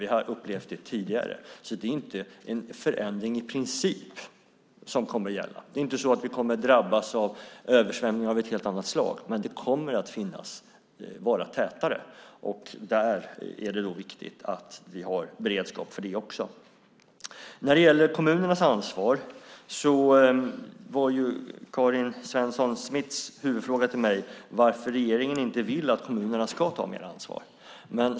Vi har upplevt sådana tidigare, så i princip är det inte en förändring som det kommer att handla om. Vi kommer inte att drabbas av översvämningar av ett helt annat slag, men de kommer tätare. Därför är det viktigt att vi har en beredskap också för det. När det gäller kommunernas ansvar var Karin Svensson Smiths huvudfråga till mig varför regeringen inte vill att kommunerna ska ta mer ansvar.